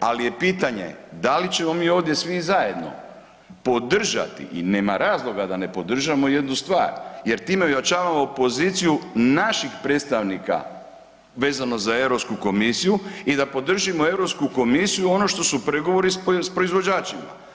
ali je pitanje da li ćemo mi ovdje svi zajedno podržati i nema razloga da ne podržimo jednu stvar jer time ojačavamo poziciju naših predstavnika vezano za EU komisiju i da podržimo EU komisiju ono što su pregovori s proizvođačima.